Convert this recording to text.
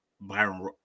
Byron